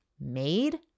made